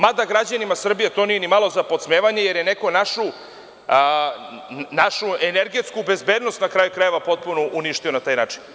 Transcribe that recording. Mada, građanima Srbije to nije ni malo za podsmevanje, jer je neko našu energetsku bezbednost, na kraju krajeva, potpuno uništio na taj način.